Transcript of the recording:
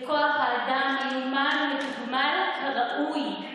בכוח אדם מיומן ומתוגמל כראוי,